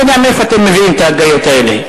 לא יודע מאיפה אתם מביאים את ההגיות האלה.